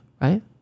right